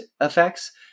effects